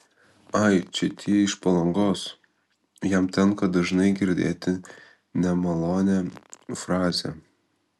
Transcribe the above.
ai čia tie iš palangos jam tenka dažnai girdėti nemalonią frazę